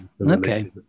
Okay